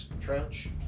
trench